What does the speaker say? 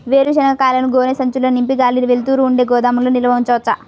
వేరుశనగ కాయలను గోనె సంచుల్లో నింపి గాలి, వెలుతురు ఉండే గోదాముల్లో నిల్వ ఉంచవచ్చా?